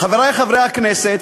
חברי חברי הכנסת,